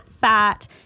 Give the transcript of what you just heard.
fat